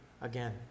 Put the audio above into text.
again